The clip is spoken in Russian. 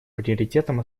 приоритетом